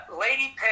Lady